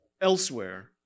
elsewhere